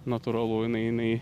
natūralu jinai jinai